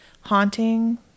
haunting